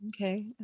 Okay